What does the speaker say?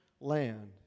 land